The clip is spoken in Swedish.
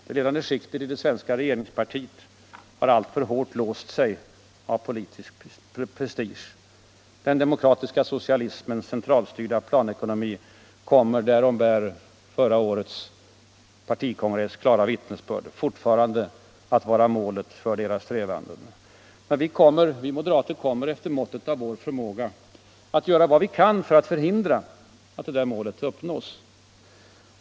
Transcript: De ledande skikten i det svenska regeringspartiet har alltför hårt låst sig i politisk prestige. Den demokratiska socialismens centralstyrda planekonomi kommer — därom bär förra årets partikongress klara vittnesbörd — fortfarande att vara målet för deras strävanden. Men vi moderater kommer efter måttet av vår förmåga att göra vad vi kan för att förhindra att det målet uppnås.